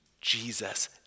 Jesus